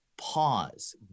pause